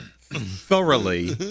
thoroughly